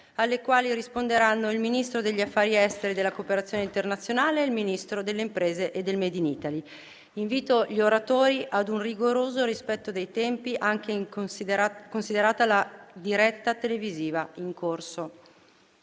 alle quali risponderanno il Ministro degli affari esteri e della cooperazione internazionale e il Ministro delle imprese e del *made in Italy*. Invito gli oratori ad un rigoroso rispetto dei tempi, considerata la diretta televisiva in corso.